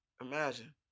Imagine